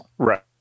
Right